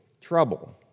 trouble